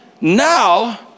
Now